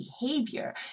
behavior